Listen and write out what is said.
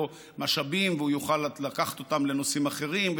משאבים והוא יוכל לקחת אותם לנושאים אחרים,